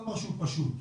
לא פשוט פשוט.